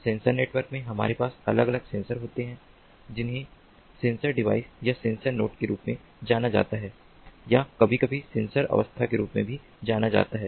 sensor network में हमारे पास अलग अलग सेंसर होते हैं जिन्हें सेंसर डिवाइस या सेंसर नोड के रूप में जाना जाता है या कभी कभी सेंसर अवस्था के रूप में भी जाना जाता है